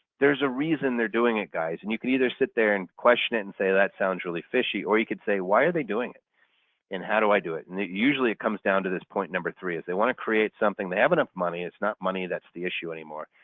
there's a reason they're doing it guys and you can either sit there and question it and say that sounds really fishy or you could say why are they doing it and how do i do it and it? usually it comes down to this point number three. they want to create something, they have enough money it's not money that's the issue anymore.